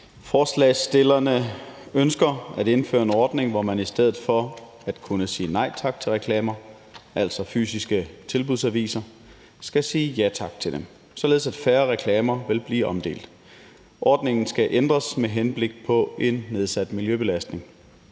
Forslagsstillerne ønsker at indføre en ordning, hvor man i stedet for at kunne sige nej tak til reklamer, altså fysiske tilbudsaviser, skal sige ja tak til dem, således at færre reklamer vil blive omdelt. Ordningen skal ændres med henblik på en nedsat miljøbelastning.